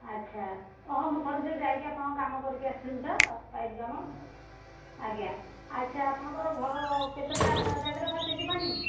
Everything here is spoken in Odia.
ଆଚ୍ଛା ଓହୋ ମୁଁ ଥରେ ସେ ଯାଇକି ଆପଣଙ୍କ କାମ କରିକି ଆସିଥିଲି ତ ପାଇପ୍ କାମ ଆଜ୍ଞା ଆଚ୍ଛା ଆପଣଙ୍କର ଘର କେତେଟା ଜାଗାରେ ଫାଟିଛି ପାଣି